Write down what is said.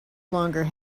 longer